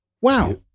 Wow